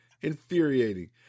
infuriating